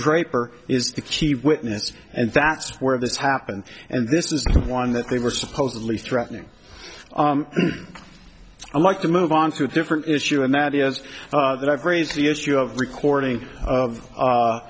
draper is the key witness and that's where this happened and this is one that they were supposedly threatening i like to move on to a different issue and that is that i've raised the issue of recording of